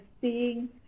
seeing